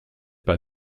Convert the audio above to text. pas